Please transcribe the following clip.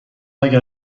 اگر